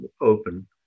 open